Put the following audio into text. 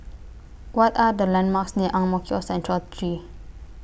What Are The landmarks near Ang Mo Kio Central three